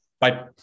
Bye